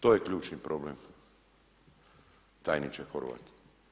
To je ključni problem tajniče Horvat.